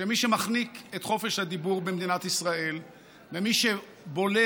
שמי שמחניק את חופש הדיבור במדינת ישראל ומי שבולם